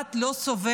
הדעת לא סובלת